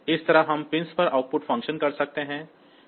इस तरह हम पिंस पर आउटपुट ऑपरेशन कर सकते हैं